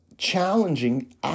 challenging